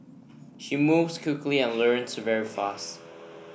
she moves quickly and learns very fast